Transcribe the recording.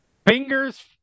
Fingers